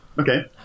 Okay